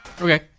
Okay